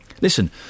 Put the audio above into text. Listen